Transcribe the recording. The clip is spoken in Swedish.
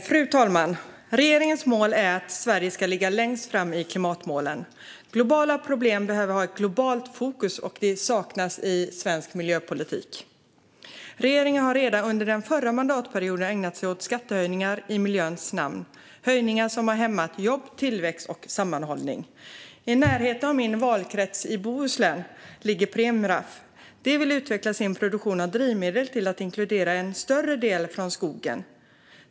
Fru talman! Regeringens mål är att Sverige ska ligga längst fram när det gäller klimatmålen. Globala problem behöver ha ett globalt fokus, och det saknas i svensk miljöpolitik. Regeringen har redan under den förra mandatperioden ägnat sig åt skattehöjningar i miljöns namn. Det är höjningar som har hämmat jobb, tillväxt och sammanhållning. I närheten av min valkrets i Bohuslän ligger Preemraff. De vill utveckla sin produktion av drivmedel till att inkludera en större del från skogen.